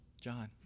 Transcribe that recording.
John